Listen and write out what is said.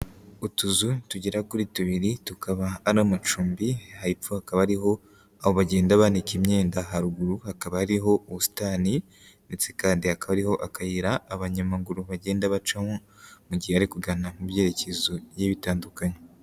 Utuzu tugera kuri tubiri tukaba ari amacumbi, hepfo hakaba hariho aho bagenda banika imyenda, haruguru hakaba hariho ubusitani ndetse kandi hariho akayira abanyamaguru bagenda bacamo mu gihe bari kugana mu byerekezo bigiye bitandukanye.